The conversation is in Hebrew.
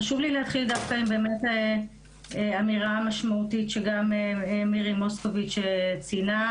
חשוב לי להתחיל דווקא עם אמירה משמעותית שמירי מוסקוביץ ציינה.